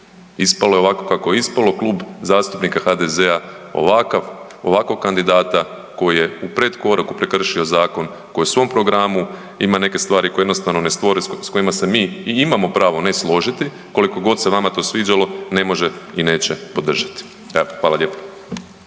Ispalo je ovako kako je ispalo, Klub zastupnika HDZ-a ovakav, ovakvog kandidata koji je u predkoraku prekršio zakon, koji u svom programu ima neke stvari koje jednostavno ne stoje s kojima se mi i imamo pravo ne složiti koliko god se vama to sviđalo, ne može i neće podržati. Evo, hvala lijepo.